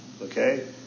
Okay